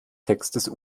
textes